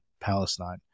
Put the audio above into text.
Palestine